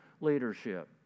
leadership